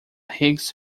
higgs